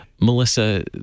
Melissa